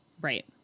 Right